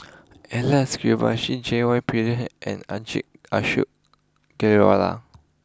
Alex Abisheganaden J Y Pillay and Ashok Ghariwala